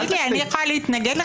אני יכולה להתנגד לך?